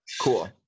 cool